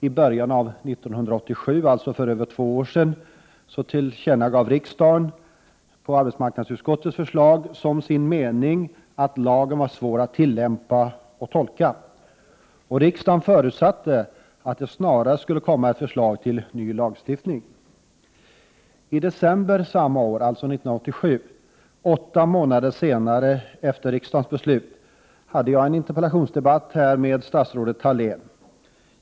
I början av 1987, alltså för över två år sedan, gav riksdagen på arbetsmarknadsutskottets förslag som sin mening till känna att lagen var Prot. 1988/89:109 svår att tillämpa och tolka. Riksdagen förutsatte att det snarast skulle komma 8 maj 1989 ett förslag till ny lagstiftning. I december samma år, alltså 1987, åtta månader efter riksdagens beslut, hade jag en interpellationsdebatt med statsrådet Thalén.